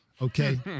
okay